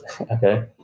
Okay